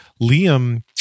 Liam